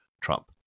Trump